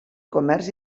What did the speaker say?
comerç